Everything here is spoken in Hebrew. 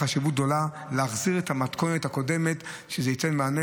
גדולה להחזיר את המתכונת הקודמת שזה ייתן מענה